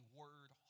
word